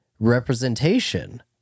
representation